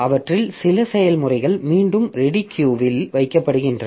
அவற்றில் சில செயல்முறைகள் மீண்டும் ரெடி கியூ இல் வைக்கப்படுகின்றன